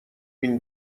این